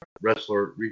wrestler